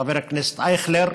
חבר הכנסת אייכלר,